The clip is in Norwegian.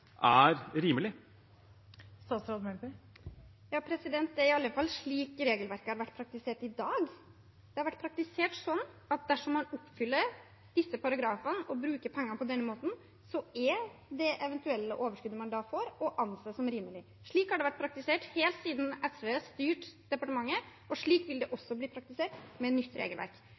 er rimelig? Det er i alle fall slik regelverket har vært praktisert i dag. Det har vært praktisert slik at dersom man oppfyller disse paragrafene og bruker pengene på denne måten, så er det eventuelle overskuddet man da får, å anse som rimelig. Slik har det vært praktisert helt siden SV styrte departementet, og slik vil det også bli praktisert med nytt regelverk.